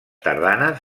tardanes